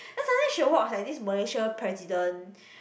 then suddenly will watch like this Malaysia president